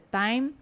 time